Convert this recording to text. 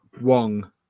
Wong